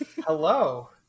Hello